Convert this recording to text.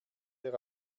der